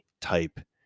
type